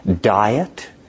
diet